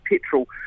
petrol